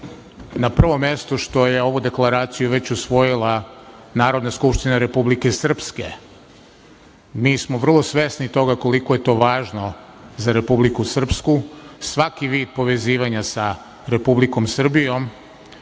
na prvom mestu, što je ovu Deklaraciju već usvojila Narodna skupština Republike Srpske. Mi smo vrlo svesni toga koliko je to važno za Republiku Srpsku. Svaki vid povezivanja sa Republikom Srbijom